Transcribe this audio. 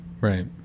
Right